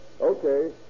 Okay